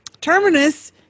Terminus